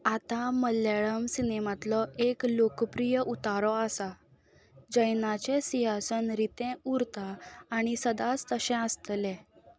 आतां मल्याळम सिनेमांतलो एक लोकप्रीय उतारो आसा जयनाचें सिंहासन रितें उरता आनी सदांच तशें आसतलें